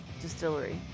distillery